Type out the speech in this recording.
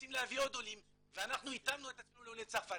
רוצים להביא עוד עולים ואנחנו התאמנו עצמנו לעולי צרפת,